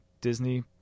Disney